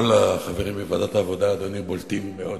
כל החברים בוועדת העבודה, אדוני, בולטים מאוד